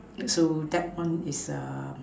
so that one is err